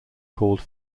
called